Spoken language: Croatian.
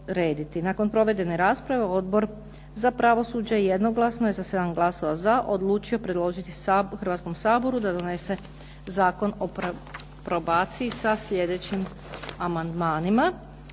Nakon provedene rasprave Odbor za pravosuđe je jednoglasno sa 7 glasova za odlučio predložiti Hrvatskom saboru da donesen zakon o probaciji sa sljedećim amandmanima.